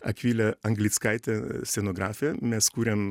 akvile anglickaite scenografė mes kūrėm